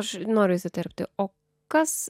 aš noriu įsiterpti o kas